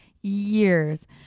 years